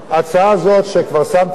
שכבר הנחתי לפני שנה,